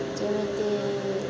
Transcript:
ଯେମିତି